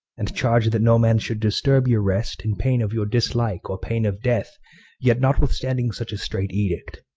and charge, that no man should disturbe your rest, in paine of your dislike, or paine of death yet not withstanding such a strait edict,